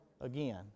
again